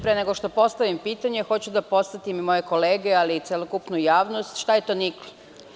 Pre negošto postavim pitanje, hoću da podsetim i moje kolege ali i celokupnu javnost šta je to nikl.